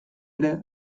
ere